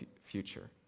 future